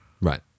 right